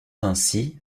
ainsi